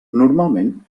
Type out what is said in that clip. normalment